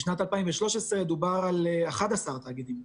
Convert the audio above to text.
בשנת 2013 דובר על 11 תאגידים,